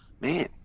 man